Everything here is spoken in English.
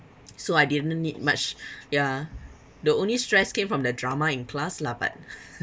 so I didn't need much ya the only stress came from the drama in class lah but